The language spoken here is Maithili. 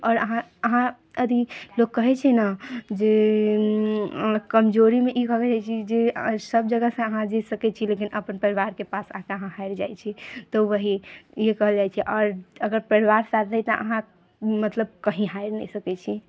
आओर अहाँ अहाँ यदि लोक कहै छै ने जे कमजोरीमे ई भऽ जाइ छै जे सभजगहसँ अहाँ जीत सकै छी लेकिन अपन परिवारके पास आके अहाँ हारि जाइ छै तऽ वही इएह कहल जाइ छै आओर अगर परिवार साथ दै तऽ अहाँ मतलब कहीँ हारि नहि सकै छी